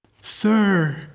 Sir